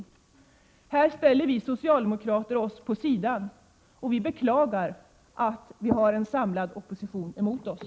I fråga om detta ställer sig socialdemokraterna vid sidan av, och vi beklagar att vi har en samlad opposition emot oss.